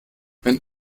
wenn